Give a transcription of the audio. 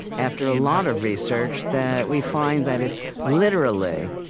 after a lot of research, that we find that it's literally,